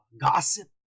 gossip